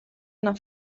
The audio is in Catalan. una